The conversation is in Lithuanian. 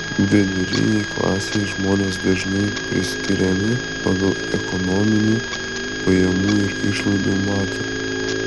vidurinei klasei žmonės dažnai priskiriami pagal ekonominį pajamų ir išlaidų matą